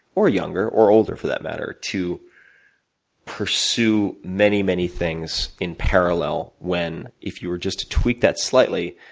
or younger, or older, for that matter. to pursue many, many things in parallel, when, if you were just to tweak that slightly,